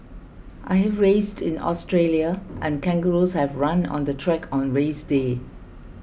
I have raced in Australia and kangaroos have run on the track on race day